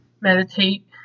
meditate